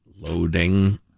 Loading